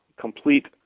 complete